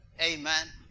Amen